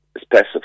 specify